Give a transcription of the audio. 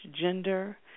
gender